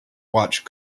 watch